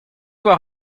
war